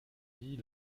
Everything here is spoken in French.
dit